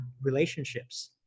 relationships